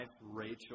Rachel